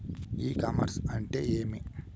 ఇ commerce అంటే ఏమి?